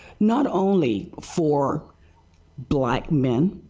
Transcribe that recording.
not only for black men,